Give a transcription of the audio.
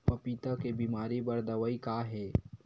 पपीता के बीमारी बर दवाई का हे?